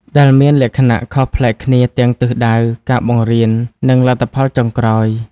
ដែលមានលក្ខណៈខុសប្លែកគ្នាទាំងទិសដៅ ការបង្រៀន និងលទ្ធផលចុងក្រោយ។